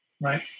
right